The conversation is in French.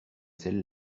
celle